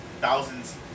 thousands